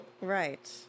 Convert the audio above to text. right